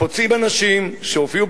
פוצעים אנשים שהופיעו,